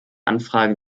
anfrage